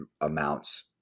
amounts